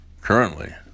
currently